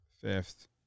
Fifth